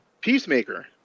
Peacemaker